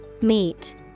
Meet